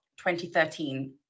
2013